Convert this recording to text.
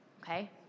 okay